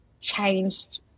changed